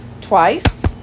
twice